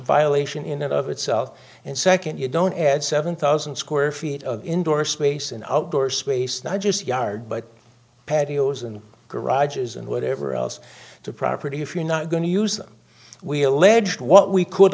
violation in and of itself and second you don't add seven thousand square feet of indoor space in outdoor space not just yard but patios and garages and whatever else to property if you're not going to use them we alleged what we could